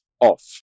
off